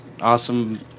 awesome